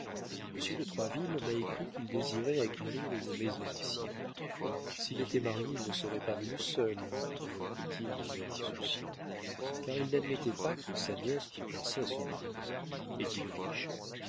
monsieur de troisville m'a écrit qu'il désirait acquérir une maison ici s'il était marié il ne serait pas venu seul reprit-il d'un air insouciant car il n'admettait pas que sa nièce pût penser à se marier est-il riche